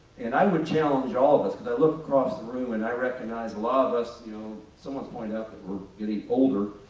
and i would challenge all of us, cause i look across the room and i recognize a lot of us you know someone's pointed out that we're getting older.